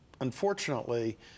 unfortunately